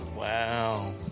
Wow